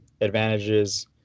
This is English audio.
advantages